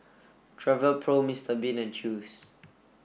Travelpro Mister Bean and Chew's